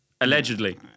Allegedly